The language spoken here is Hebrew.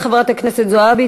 תודה, חברת הכנסת זועבי.